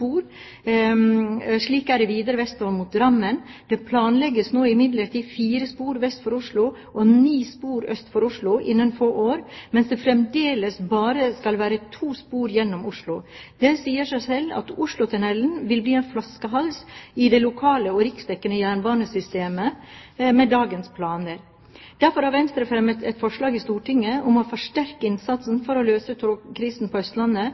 og slik er det videre vestover mot Drammen. Det planlegges nå imidlertid fire spor vest for Oslo og ni spor øst for Oslo innen få år, mens det fremdeles bare skal være to spor gjennom Oslo. Det sier seg selv at Oslotunnelen vil bli en flaskehals i det lokale og riksdekkende jernbanesystemet med dagens planer. Derfor har Venstre fremmet et forslag i Stortinget om å forsterke innsatsen for å løse togkrisen på Østlandet,